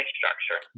structure